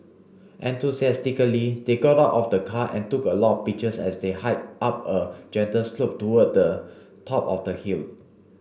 enthusiastically they got out of the car and took a lot pictures as they hiked up a gentle slope towards the top of the hill